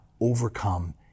overcome